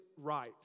right